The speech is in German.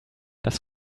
das